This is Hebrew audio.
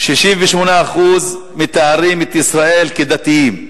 68% מתארים את ישראל כדתיים,